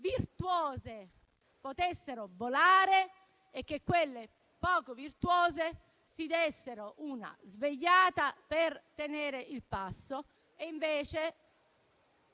virtuose potessero volare e quelle poco virtuose si dessero una svegliata per tenere il passo; al